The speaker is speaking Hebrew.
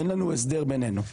אין לנו הסדר בינינו.